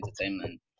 entertainment